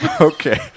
Okay